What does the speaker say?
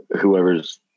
whoever's